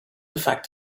affect